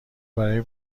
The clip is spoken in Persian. برای